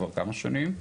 כבר כמה שנים.